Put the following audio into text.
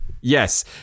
Yes